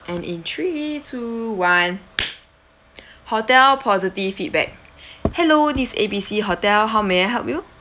and in three two one hotel positive feedback hello this A B C hotel how may I help you